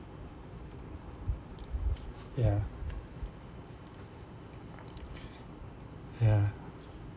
ya ya